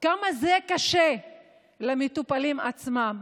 כמה זה קשה למטופלים עצמם,